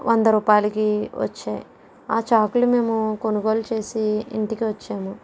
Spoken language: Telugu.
వంద రూపాయలకి వచ్చాయి ఆ చాకులు మేము కొనుగోలు చేసి ఇంటికి వచ్చాము